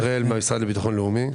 רועי הראל, מהמשרד לביטחון לאומי.